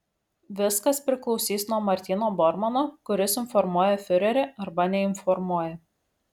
viskas priklausys nuo martyno bormano kuris informuoja fiurerį arba neinformuoja